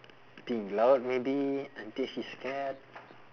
being loud maybe until she scared